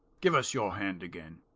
give us your hand again.